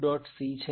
c છે